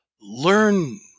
learn